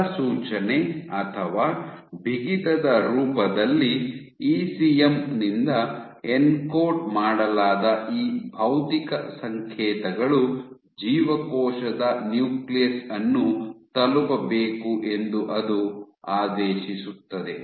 ಸ್ಥಳಸೂಚನೆ ಅಥವಾ ಬಿಗಿತದ ರೂಪದಲ್ಲಿ ಇಸಿಎಂ ನಿಂದ ಎನ್ಕೋಡ್ ಮಾಡಲಾದ ಈ ಭೌತಿಕ ಸಂಕೇತಗಳು ಜೀವಕೋಶದ ನ್ಯೂಕ್ಲಿಯಸ್ ಅನ್ನು ತಲುಪಬೇಕು ಎಂದು ಅದು ಆದೇಶಿಸುತ್ತದೆ